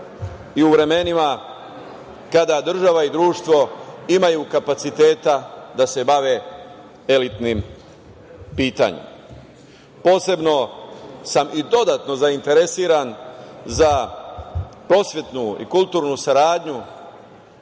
i u vremenima kada država i društvo imaju kapaciteta da se bave elitnim pitanjem. Posebno sam i dodatno zainteresovan za prosvetnu i kulturnu saradnju